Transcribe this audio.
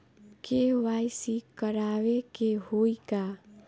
KYC करावे के होई का?